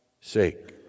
sake